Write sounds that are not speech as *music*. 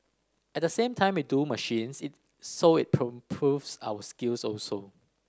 at the same time we do machines it so it *unintelligible* proves our skills also